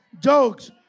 Jokes